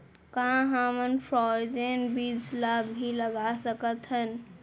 का हमन फ्रोजेन बीज ला भी लगा सकथन?